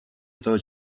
этого